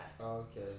Okay